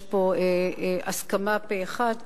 יש פה הסכמה פה-אחד.